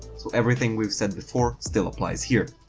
so everything we've said before still applies here.